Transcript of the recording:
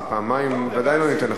פעמיים ודאי לא ניתן לך.